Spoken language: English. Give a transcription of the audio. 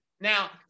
Now